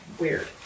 weird